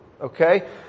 Okay